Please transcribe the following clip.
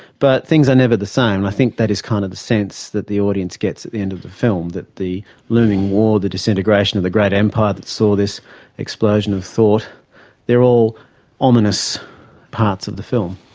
but things are never the same. i think that is kind of the sense that the audience gets at the end of the film that the looming war, the disintegration of the great empire that saw this explosion of thought they're all ominous parts of the film.